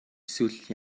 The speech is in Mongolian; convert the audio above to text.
эсвэл